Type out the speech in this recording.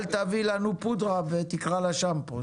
אל תביא לנו פודרה ותקרא לה שמפו.